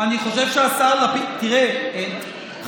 תשאל את בועז.